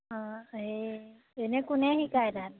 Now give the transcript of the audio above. অঁ সেই এনেই কোনে শিকায় তাত